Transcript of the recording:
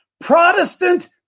Protestant